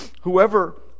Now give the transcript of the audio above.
Whoever